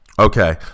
Okay